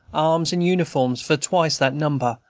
arms and uniforms for twice that number,